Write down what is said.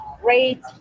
great